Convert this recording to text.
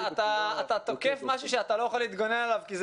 אתה תוקף משהו שאתה לא יכול להתגונן לגביו כי זה